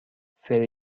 فری